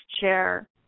chair